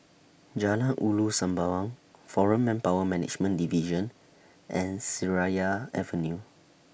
Jalan Ulu Sembawang Foreign Manpower Management Division and Seraya Avenue